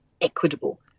equitable